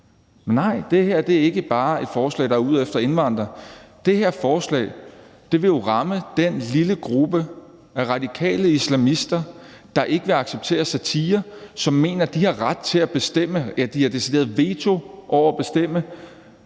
Nej, det her er ikke bare et forslag, der er ude efter indvandrere. Det her forslag vil jo ramme den lille gruppe af radikale islamister, der ikke vil acceptere satire, og som mener, de har ret til at bestemme, ja, decideret har veto til at bestemme